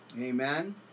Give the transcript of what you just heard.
Amen